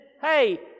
hey